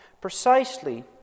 precisely